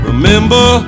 Remember